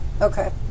Okay